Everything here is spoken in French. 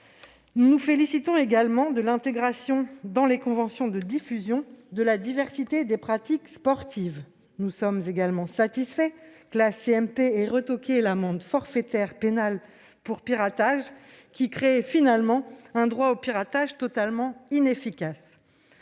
nous félicitons également de l'intégration dans les conventions de diffusion de la diversité des pratiques sportives. Nous sommes satisfaits que la CMP ait retoqué l'amende forfaitaire pénale pour piratage, qui risquait, en définitive, de créer un droit au piratage totalement inefficace.